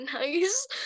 nice